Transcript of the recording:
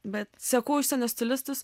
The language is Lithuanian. bet seku užsienio stilistus